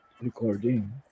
recording